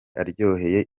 aryoheye